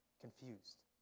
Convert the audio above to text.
confused